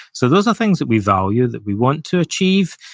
so, those are things that we value, that we want to achieve,